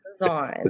on